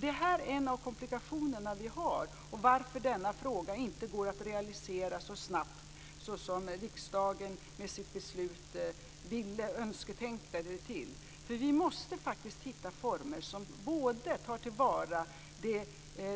Det är en av de komplikationer vi har och orsaken till att en lösning i denna fråga inte går att realisera så snabbt som riksdagen med sitt beslut önsketänkte det till. Vi måste hitta former som både ser till